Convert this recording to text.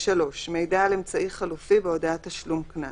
מידע על אמצעי חלופי בהודעת תשלום קנס